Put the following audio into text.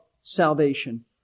salvation